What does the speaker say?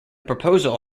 proposal